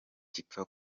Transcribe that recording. gipfa